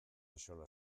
axola